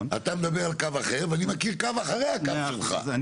אתה מדבר על קו אחר ואני מכיר קו אחרי הקו שלך.